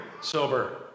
sober